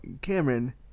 Cameron